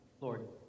Lord